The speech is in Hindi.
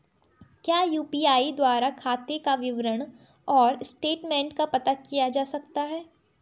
क्या यु.पी.आई द्वारा खाते का विवरण और स्टेटमेंट का पता किया जा सकता है?